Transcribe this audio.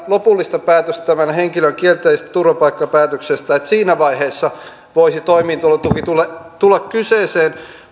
lopullista päätöstä tämän henkilön kielteisestä turvapaikkapäätöksestä niin siinä vaiheessa voisi toimeentulotuki tulla tulla kyseeseen